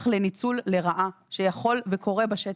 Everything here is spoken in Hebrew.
יש פה באמת פתח לניצול לרעה, שיכול וקורה בשטח.